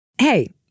Hey